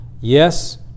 Yes